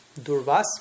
Durvas